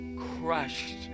Crushed